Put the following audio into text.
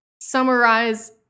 summarize